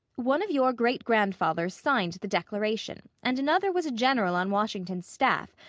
one of your great-grandfathers signed the declaration, and another was a general on washington's staff,